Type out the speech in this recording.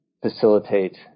facilitate